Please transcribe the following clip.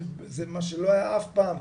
זה מה שלא היה אף פעם,